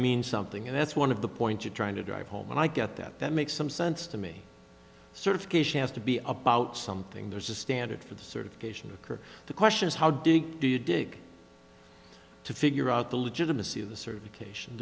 mean something and that's one of the point you're trying to drive home and i get that that makes some sense to me certification has to be about something there's a standard for the certification occurred the question is how deep do you dig to figure out the legitimacy of the survey cation